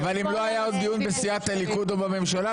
אבל אם עוד לא היה דיון בסיעת הליכוד או בממשלה,